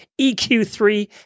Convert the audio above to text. EQ3